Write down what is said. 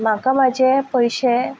म्हाका म्हाजे पयशे